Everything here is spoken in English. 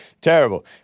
Terrible